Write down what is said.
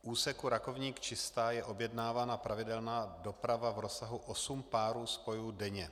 V úseku Rakovník Čistá je objednávána pravidelná doprava v rozsahu osm párů spojů denně.